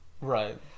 Right